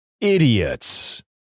Idiots